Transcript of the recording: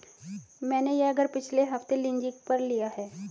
मैंने यह घर पिछले हफ्ते लीजिंग पर लिया है